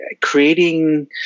creating